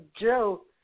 Joe